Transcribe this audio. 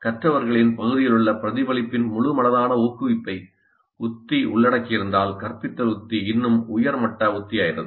கற்றவர்களின் பகுதியிலுள்ள பிரதிபலிப்பின் முழு மனதான ஊக்குவிப்பை உத்தி உள்ளடக்கியிருந்தால் கற்பித்தல் உத்தி இன்னும் உயர் மட்ட உத்தியாகிறது